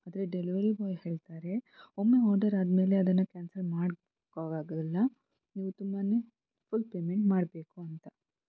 ಆದರೆ delivery boy ಹೇಳ್ತಾರೆ ಒಮ್ಮೆ ಆರ್ಡರ್ ಆದಮೇಲೆ ಅದನ್ನು ಕ್ಯಾನ್ಸಲ್ ಮಾಡಿ ಕೋಗಾಗಲ್ಲ ನೀವು ತುಂಬಾ ಫುಲ್ ಪೇಮೆಂಟ್ ಮಾಡಬೇಕು ಅಂತ